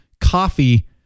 coffee